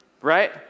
right